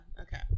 Okay